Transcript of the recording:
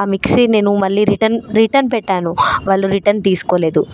ఆ మిక్సీ నేను మళ్ళీ రిటర్న్ రిటర్న్ పెట్టాను వాళ్ళు రిటర్న్ తీసుకోలేదు